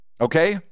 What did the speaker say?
Okay